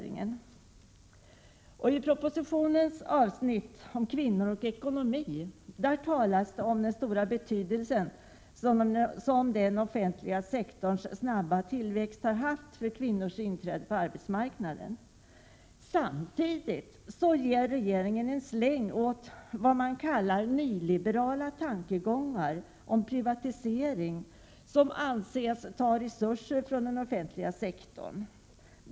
I propositionens avsnitt om kvinnor och ekonomi talas det om den stora betydelse som den offentliga sektorns snabba tillväxt har haft för kvinnors inträde på arbetsmarknaden. Samtidigt ger regeringen en släng åt vad den kallar de nyliberala tankegångarna om privatisering som påstås ta resurser från den offentliga sektorn.